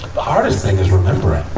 the hardest thing is remembering.